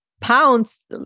pounds